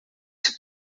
two